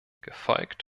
gefolgt